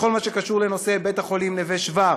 בכל מה שקשור לבית-החולים "נווה שבא",